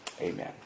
amen